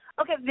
okay